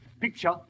Picture